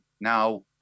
now